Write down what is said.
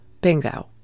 Bingo